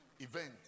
event